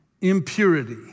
Impurity